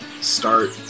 start